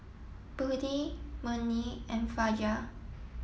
Budi Murni and Fajar